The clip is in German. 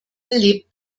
lebt